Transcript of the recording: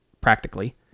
practically